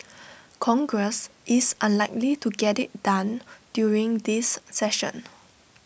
congress is unlikely to get IT done during this session